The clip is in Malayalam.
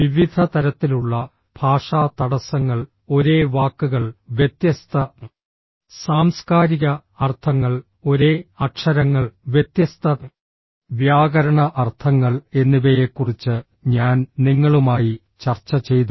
വിവിധ തരത്തിലുള്ള ഭാഷാ തടസ്സങ്ങൾ ഒരേ വാക്കുകൾ വ്യത്യസ്ത സാംസ്കാരിക അർത്ഥങ്ങൾ ഒരേ അക്ഷരങ്ങൾ വ്യത്യസ്ത വ്യാകരണ അർത്ഥങ്ങൾ എന്നിവയെക്കുറിച്ച് ഞാൻ നിങ്ങളുമായി ചർച്ച ചെയ്തു